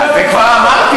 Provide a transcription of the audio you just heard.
את זה כבר אמרתי,